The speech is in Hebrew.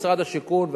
משרד השיכון,